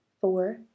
four